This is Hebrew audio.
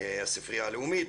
הספרייה הלאומית,